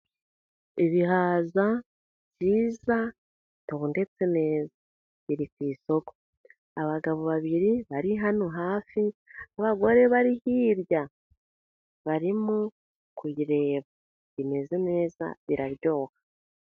Ibihaza byiza bitondetse neza biri ku isoko, abagabo babiri bari hano hafi, abagore bari hirya barimo kubireba bimeze neza biraryoha.